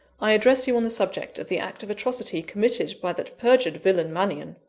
i address you on the subject of the act of atrocity committed by that perjured villain, mannion.